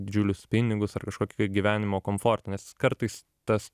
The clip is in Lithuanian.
didžiulius pinigus ar kažkokį gyvenimo komfortą nes kartais tas